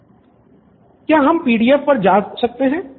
student 5 क्या हम PDF पर भी जा सकते हैं